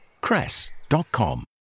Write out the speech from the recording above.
cress.com